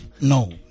No